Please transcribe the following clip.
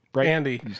Andy